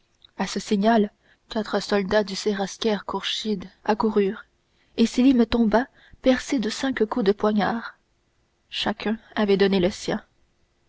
à ce signal quatre soldats du séraskier kourchid accoururent et sélim tomba percé de cinq coups de poignard chacun avait donné le sien